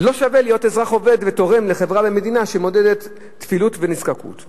לא שווה להיות אזרח עובד ותורם לחברה במדינה שמעודדת טפילות ונזקקות.